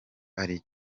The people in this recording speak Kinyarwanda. ari